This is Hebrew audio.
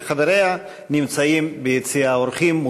שחבריה נמצאים ביציע האורחים.